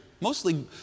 Mostly